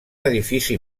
edifici